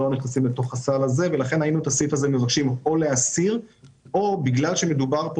אנחנו מבקשים להסיר את